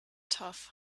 tough